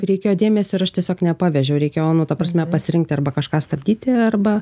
reikėjo dėmesio ir aš tiesiog nepavežiau reikėjo nu ta prasme pasirinkt arba kažką stabdyti arba